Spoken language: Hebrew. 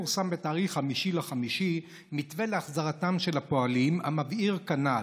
פורסם בתאריך 5 במאי מתווה להחזרתם של הפועלים המבהיר כנ"ל,